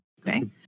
Okay